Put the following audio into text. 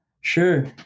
Sure